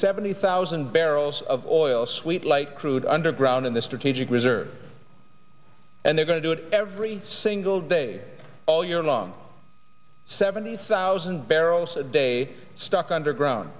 seventy thousand barrels of oil sweet light crude underground in the strategic reserve and they're going to do it every single day all year long seventy thousand barrels a day stuck underground